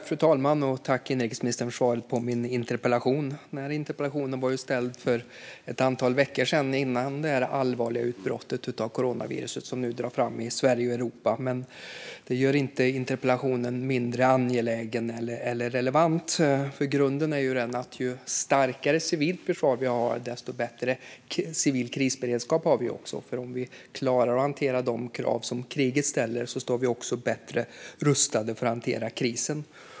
Fru talman! Jag tackar inrikesministern för svaret på min interpellation. Denna interpellation ställdes för ett antal veckor sedan, före det allvarliga utbrottet av coronaviruset som nu drar fram i Sverige och i Europa. Men det gör inte interpellationen mindre angelägen eller mindre relevant. Grunden är att ju starkare civilt försvar vi har, desto bättre civil krisberedskap har vi också. Om vi klarar att hantera de krav som kriget ställer står vi också bättre rustade för att hantera krisen.